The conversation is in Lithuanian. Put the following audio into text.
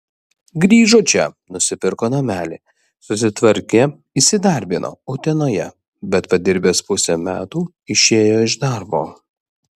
grįžo čia nusipirko namelį susitvarkė įsidarbino utenoje bet padirbęs pusę metų išėjo iš darbo